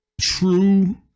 true